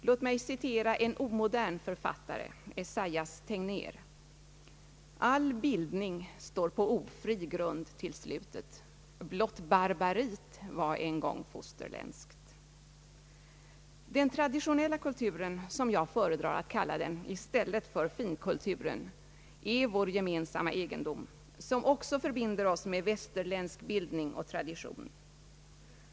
Låt mig citera en omodern författare, Esaias Tegnér: »All bildning står på ofri grund till slutet, blott barbarit var en gång fosterländskt.» Den traditionella kulturen, som jag föredrar att kalla den i stället för finkulturen, är vår gemensamma egendom, som också förbinder oss med västerländsk bildning och tradition.